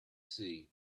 see